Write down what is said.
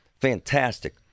fantastic